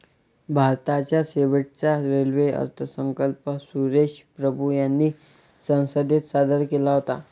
भारताचा शेवटचा रेल्वे अर्थसंकल्प सुरेश प्रभू यांनी संसदेत सादर केला होता